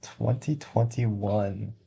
2021